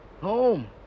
home